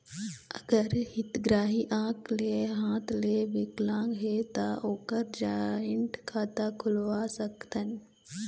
अगर हितग्राही आंख ले हाथ ले विकलांग हे ता ओकर जॉइंट खाता खुलवा सकथन?